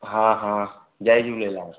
हा हा जय झूलेलाल